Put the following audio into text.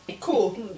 Cool